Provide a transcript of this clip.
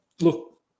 look